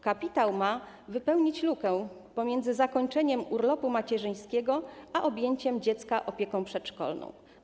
Kapitał ma wypełnić lukę pomiędzy zakończeniem urlopu macierzyńskiego a objęciem dziecka opieką przedszkolną.